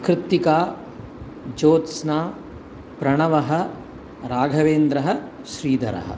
कृत्तिका जोत्स्ना प्रणवः राघवेन्द्रः श्रीधरः